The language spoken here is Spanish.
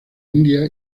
india